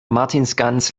martinsgans